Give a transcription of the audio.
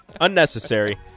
Unnecessary